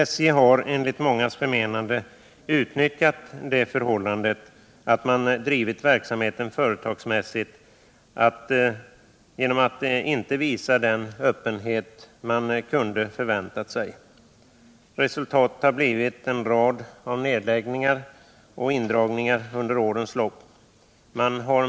SJ har, enligt mångas förmenande, utnyttjat det förhållandet att man drivit verksamheten företagsmässigt genom att inte visa den öppenhet man kunde förvänta sig. Resultatet har blivit en rad av nedläggningar och indragningar under årens lopp.